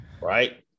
right